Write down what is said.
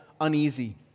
uneasy